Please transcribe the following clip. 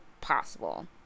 possible